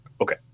Okay